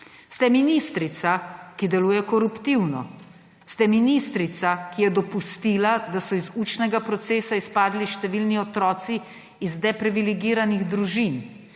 Ste ministrica, ki deluje koruptivno. Ste ministrica, ki je dopustila, da so iz učnega procesa izpadli številni otroci iz deprivilegiranih družin.